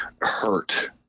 hurt